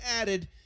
added